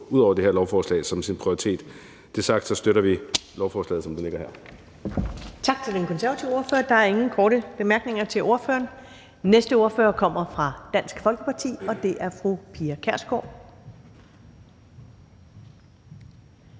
støtter vi lovforslaget, som det ligger. Kl. 15:00 Første næstformand (Karen Ellemann): Tak til den konservative ordfører. Der er ingen korte bemærkninger til ordføreren. Den næste ordfører kommer fra Dansk Folkeparti, og det er fru Pia Kjærsgaard.